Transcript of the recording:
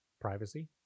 privacy